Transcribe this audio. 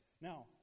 Now